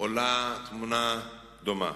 עולה תמונה דומה.